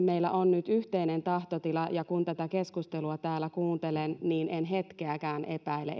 meillä on nyt yhteinen tahtotila ja kun tätä keskustelua täällä kuuntelen niin en hetkeäkään epäile